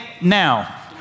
now